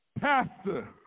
pastor